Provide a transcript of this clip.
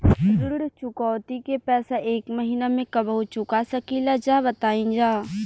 ऋण चुकौती के पैसा एक महिना मे कबहू चुका सकीला जा बताईन जा?